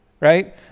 right